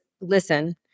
listen